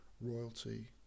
royalty